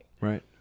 right